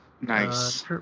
Nice